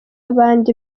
abandi